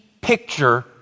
picture